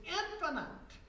infinite